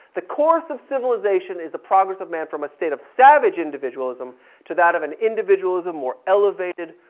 the course of civilization is the progress of man from a state of savage individualism to that of and individualism more elevated,